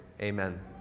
Amen